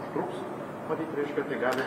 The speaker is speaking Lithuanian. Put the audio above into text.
užtruks matyt reiškia tai gali